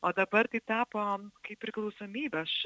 o dabar tai tapo kaip priklausomybe aš